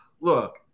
look